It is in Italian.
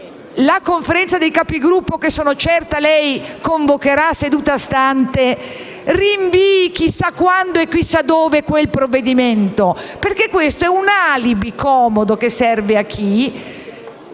la Conferenza dei Capigruppo - che sono certa lei convocherà seduta stante - rinvierà a chissà quando e dove l'esame del provvedimento, perché questo è un alibi comodo che serve a chi